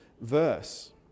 verse